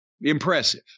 impressive